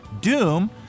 doom